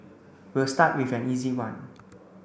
we'll start with an easy one